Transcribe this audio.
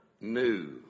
New